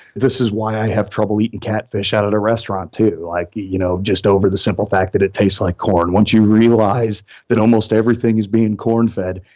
this is why i have trouble eating catfish out at a restaurant too like you know just over the simple fact that it tastes like corn. once you realize that almost everything is being corn fed,